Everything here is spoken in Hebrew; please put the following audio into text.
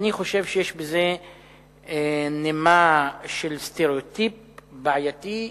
אני חושב שיש בזה נימה של סטריאוטיפ בעייתי,